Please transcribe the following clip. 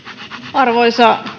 arvoisa